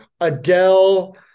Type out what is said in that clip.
Adele